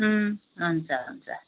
हुन्छ हुन्छ